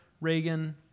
Reagan